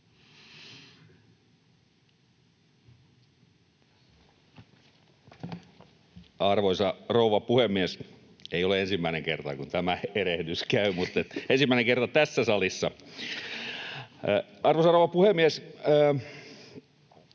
Arvoisa rouva puhemies!